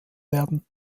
werden